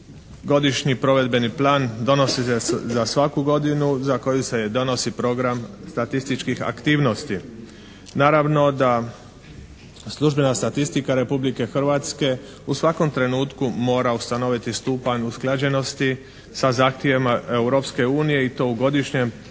Godišnji provedbeni plan donosi se za svaku godinu za koju se donosi program statističkih aktivnosti. Naravno da službena statistika Republike Hrvatske u svakom trenutku mora ustanoviti stupanj usklađenosti sa zahtjevima Europske unije i to u godišnjem provedbenom